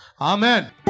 Amen